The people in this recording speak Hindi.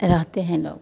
रहते हैं लोग